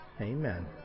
Amen